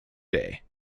day